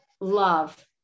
love